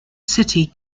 city